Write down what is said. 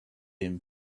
him